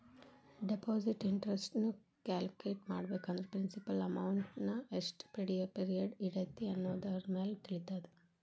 deposit interest ನ calculate ಮಾಡ್ಬೇಕಂದ್ರ principal ಅಮೌಂಟ್ನಾ ಎಷ್ಟ್ ಪಿರಿಯಡ್ ಇಡತಿ ಅನ್ನೋದರಮ್ಯಾಲೆ ತಿಳಿತದ